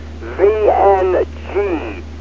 VNG